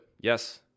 Yes